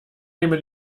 neme